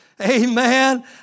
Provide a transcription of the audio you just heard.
Amen